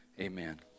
amen